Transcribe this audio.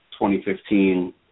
2015